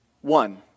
one